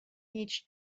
each